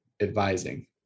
advising